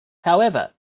however